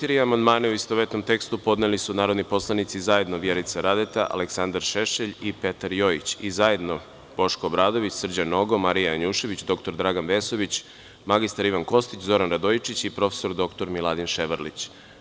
Na član 4. amandmane, u istovetnom tekstu, podneli su narodni poslanici: zajedno Vjerica Radeta, Aleksandar Šešelj i Petar Jojić i zajedno Boško Obradović, Srđan Nogo, Marija Janjušević, dr Dragan Vesović, mr Ivan Kostić, Zoran Radojičić i prof. dr Miladin Ševrlić.